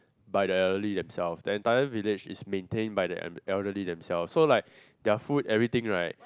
by the elderly themselves the entire village is maintained by the elder~ elderly themselves so like their food everything right